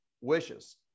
wishes